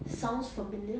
sounds familiar